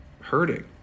hurting